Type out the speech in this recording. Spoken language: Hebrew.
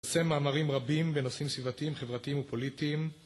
אני עושה מאמרים רבים בנושאים סביבתיים, חברתיים ופוליטיים